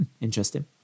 interesting